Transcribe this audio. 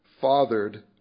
fathered